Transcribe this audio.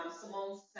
Simone